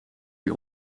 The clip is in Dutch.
die